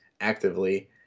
actively